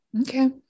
Okay